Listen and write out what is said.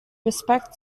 respect